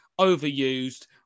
overused